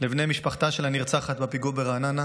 לבני משפחתה של הנרצחת בפיגוע ברעננה